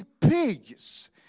pigs